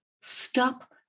Stop